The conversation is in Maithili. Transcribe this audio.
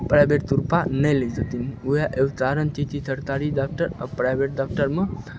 प्राइवेटसँ रुपैआ नहि लै थथिन उएह एदो तारण छै कि सरतारी डाक्टर आओर प्राइवेट डाक्टरमे